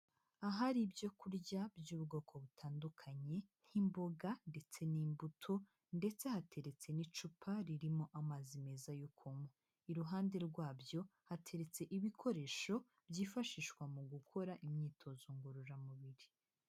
Ahari ibyo kurya by'ubwoko butandukanye nk'imboga ndetse n'imbuto, ndetse hateretse n'icupa ririmo amazi meza yo kunywa. Iruhande rwabyo hateretse ibikoresho byifashishwa mu gukora imyitozo ngororamubiri.